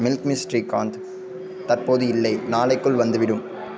milky mist Srikanth தற்போது இல்லை நாளைக்குள் வந்து விடும்